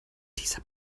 dieser